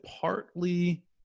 partly